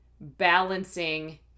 balancing